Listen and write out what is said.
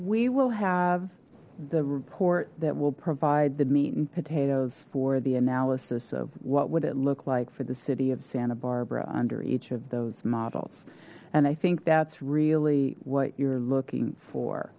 we will have the report that will provide the meat and potatoes for the analysis of what would it look like for the city of santa barbara under each of those models and i think that's really what you're looking for